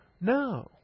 No